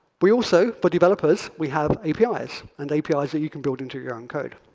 we also for developers we have apis, and apis that you can build into your own code.